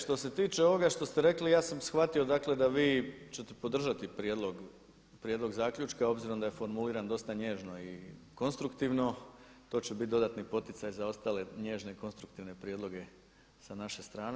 Što se tiče ovoga što ste rekli, ja sam shvatio da vi ćete podržati prijedlog zaključka, obzirom da je formuliran dosta nježno i konstruktivno, to će biti dodatni poticaj za ostale i nježne konstruktivne prijedloge sa naše strane.